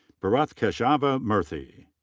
bharath keshavamurthy.